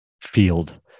field